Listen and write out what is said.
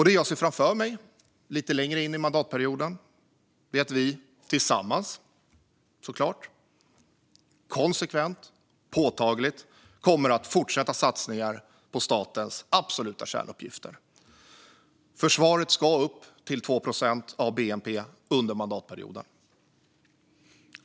Det jag ser framför mig lite längre in i mandatperioden är att vi, tillsammans, konsekvent och påtagligt kommer att fortsätta med satsningar på statens absoluta kärnuppgifter. Försvaret ska upp till 2 procent av bnp under mandatperioden.